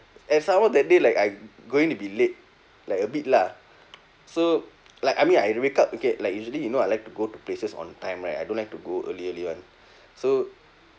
and some more that day like I going to be late like a bit lah so like I mean I wake up okay like usually you know I like to go to places on time right I don't like to go early early [one] so